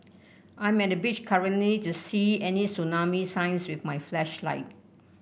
I'm at the beach currently to see any tsunami signs with my flashlight